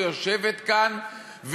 שיושבת כאן,